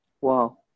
Wow